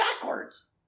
backwards